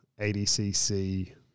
ADCC